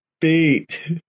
beat